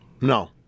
No